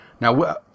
Now